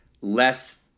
less